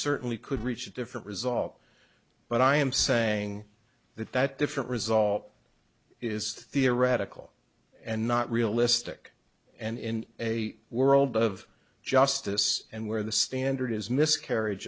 certainly could reach a different result but i am saying that that different result is theoretical and not realistic and in a world of justice and where the standard is miscarriage